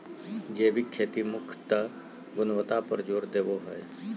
जैविक खेती मुख्यत गुणवत्ता पर जोर देवो हय